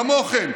כמוכם,